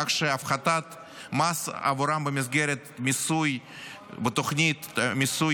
כך שהפחתת המס עבורם במסגרת תוכנית מיסוי